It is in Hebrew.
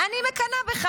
אני מקנאה בך.